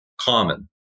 common